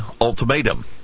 ultimatum